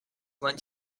went